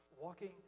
walking